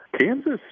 Kansas